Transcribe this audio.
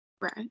Right